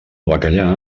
bacallà